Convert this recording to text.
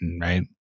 right